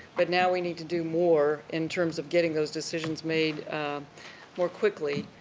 but now we need to do more in terms of getting those decisions made more quickly.